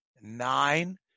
nine